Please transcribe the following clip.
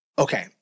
Okay